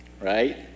right